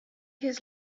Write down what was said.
his